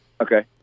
Okay